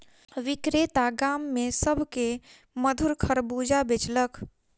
विक्रेता गाम में सभ के मधुर खरबूजा बेचलक